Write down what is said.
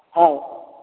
ହଉ